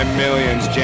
millions